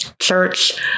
church